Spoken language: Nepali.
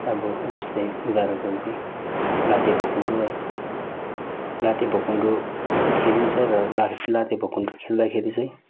अब जस्तै उदाहरणको निम्ति लात्ते भकुन्डो है लात्ते भकुन्डो खेलिन्छ र लात्ते भकुन्डो खेल्दाखेरि चाहिँ